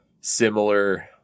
similar